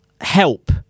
help